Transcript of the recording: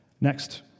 Next